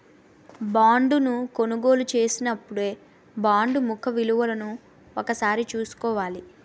బాండును కొనుగోలు చేసినపుడే బాండు ముఖ విలువను ఒకసారి చూసుకోవాల